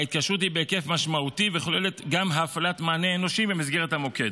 וההתקשרות היא בהיקף משמעותי וכוללת גם הפעלת מענה אנושי במסגרת המוקד.